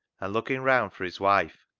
and looking round for his wife,